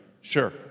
sure